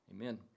Amen